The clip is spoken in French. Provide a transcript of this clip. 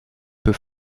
peut